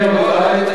כן, רבותי?